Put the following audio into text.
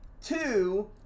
Two